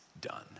done